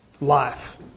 life